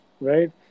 right